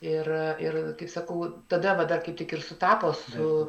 ir ir kaip sakau tada va dar kaip tik ir sutapo su